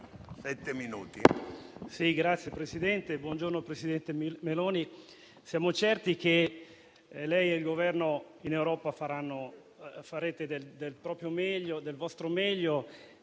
siamo certi che lei e il Governo in Europa farete del vostro meglio